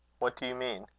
what do you mean?